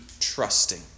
trusting